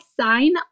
sign